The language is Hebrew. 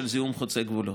של זיהום חוצה גבולות.